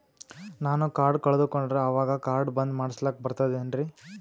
ನಾನು ಕಾರ್ಡ್ ಕಳಕೊಂಡರ ಅವಾಗ ಕಾರ್ಡ್ ಬಂದ್ ಮಾಡಸ್ಲಾಕ ಬರ್ತದೇನ್ರಿ?